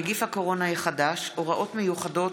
נגיף הקורונה החדש) (הוראות מיוחדות